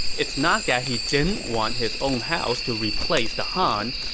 it's not that he didn't want his own house to replace the han,